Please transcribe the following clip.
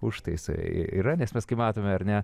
užtaiso yra nes mes kaip matome ar ne